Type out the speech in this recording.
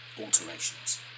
alterations